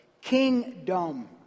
Kingdom